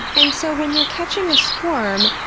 and so, when you're catching a swarm,